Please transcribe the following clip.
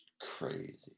Crazy